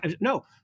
No